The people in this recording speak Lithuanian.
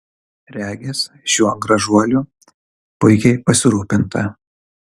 regis šiuo gražuoliu puikiai pasirūpinta